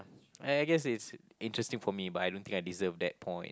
I I guess it's interesting for me but I don't think I deserve that point